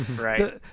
Right